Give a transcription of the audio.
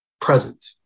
present